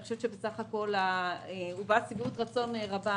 בסך הכול הובעה שביעות רצון רבה